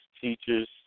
teachers